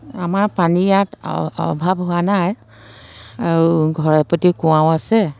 আমাৰ পানী ইয়াত অভাৱ হোৱা নাই আৰু ঘৰে প্ৰতি কুঁৱাও আছে